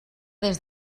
des